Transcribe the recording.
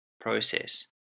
process